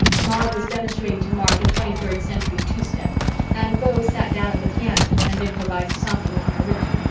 maud was demonstrating to mark a twenty third century two-step and beau sat down at the piano and improvised softly on her rhythm.